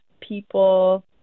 people